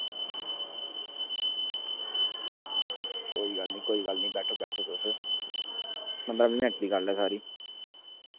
कोई गल्ल निं कोई गल्ल निं बैठो बैठो तुस दो मिंट्टें दी गल्ल ऐ सारी